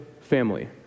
family